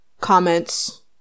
comments